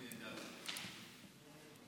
התבקשתי להשיב